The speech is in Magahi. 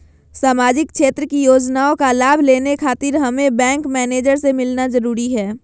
सामाजिक क्षेत्र की योजनाओं का लाभ लेने खातिर हमें बैंक मैनेजर से मिलना जरूरी है?